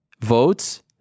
votes